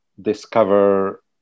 Discover